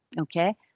Okay